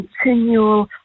continual